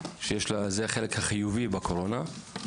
זה החלק החיובי בקורונה.